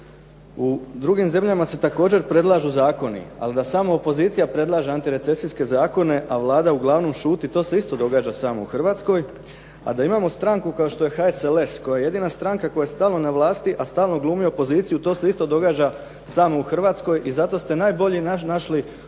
U drugim zemljama se također predlažu zakoni ali da samo opozicija predlaže antirecesijske zakone a Vlada uglavnom šuti to se isto događa samo u Hrvatskoj. A da imamo stranku kao što je HSLS koja je jedina stranka koja je stalno na vlasti a stalno glumi opoziciju to se isto događa samo u Hrvatskoj i zato ste najbolju sredinu